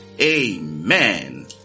Amen